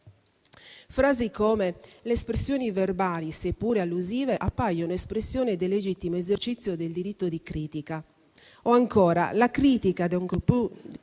frasi come «le espressioni verbali, seppure allusive, appaiono espressione del legittimo esercizio del diritto di critica»; «la critica, ed ancor più